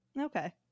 Okay